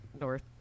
north